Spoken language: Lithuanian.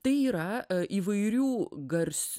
tai yra įvairių garsių